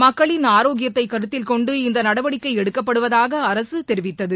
மக்களின் ஆரோக்கியத்தை கருத்தில் கொண்டு இந்த நடவடிக்கை எடுக்கப்படுவதாக அரசு தெரிவித்தது